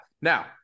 Now